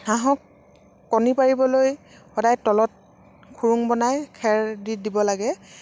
হাঁহক কণী পাৰিবলৈ সদায় তলত খুৰুং বনাই খেৰ দি দিব লাগে